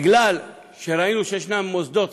ראינו שיש מוסדות